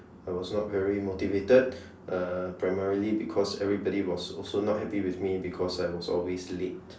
I was not very motivated uh primarily because everybody was not happy with me because I was always late